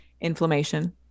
inflammation